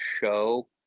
show